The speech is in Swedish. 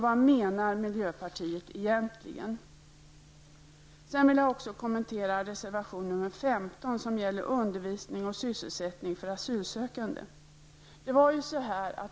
Vad menar egentligen miljöpartiet? Sedan vill jag också kommentera reservation 15 som gäller undervisning och sysselsättning för asylsökande.